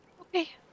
Okay